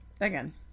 again